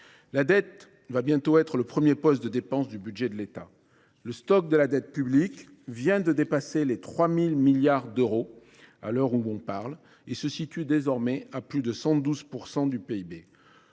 La dette va bientôt être le premier poste de dépenses du budget de l’État. Le stock de la dette publique vient de dépasser les 3 000 milliards d’euros à l’heure où l’on parle, et se situe désormais à plus de 112 % du PIB.